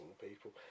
people